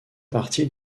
partie